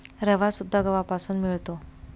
रवासुद्धा गव्हापासून मिळतो